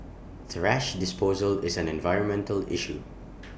thrash disposal is an environmental issue